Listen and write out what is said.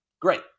Great